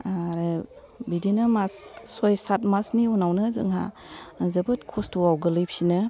आरो बिदिनो मास सय साद मासनि उनानो जोंहा जोबोद खस्थआव गोलै फिनो